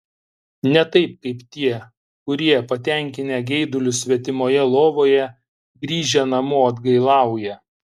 ne taip kaip tie kurie patenkinę geidulius svetimoje lovoje grįžę namo atgailauja